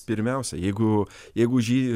pirmiausia jeigu jeigu už jį